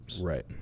Right